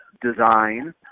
design